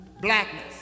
Blackness